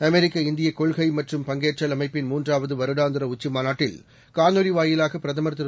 அமெரிக்க இந்தியகொள்கைமற்றும்பங்கேற்றல்அமைப்பின்மூன் றாவதுவருடாந்திரஉச்சிமாநாட்டில் காணொளிவாயிலாகபிரதமர்திரு